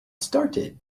started